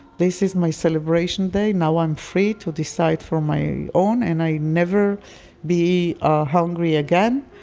this is my celebration day, now i'm free to decide for my own and i never be ah hungry again.